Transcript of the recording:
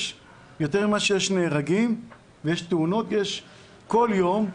יותר ממה שיש הרוגים, יש תאונות כל יום,